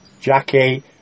Jackie